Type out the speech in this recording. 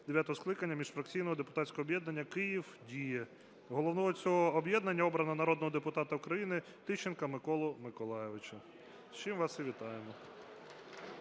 дев'ятого скликання міжфракційного депутатського об'єднання "Київ діє". Головою цього об'єднання обрано народного депутата України Тищенка Миколу Миколайовича. З чим вас і вітаємо.